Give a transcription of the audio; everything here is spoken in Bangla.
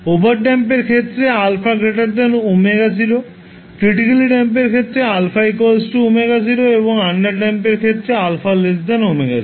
ওভারড্যাম্প এর ক্ষেত্রে α ω0 ক্রিটিকালি ড্যাম্প এর ক্ষেত্রে α ω0 এবং আন্ডারড্যাম্প এর ক্ষেত্রে α ω0